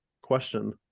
question